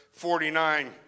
49